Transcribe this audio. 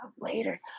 later